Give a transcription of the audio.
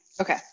Okay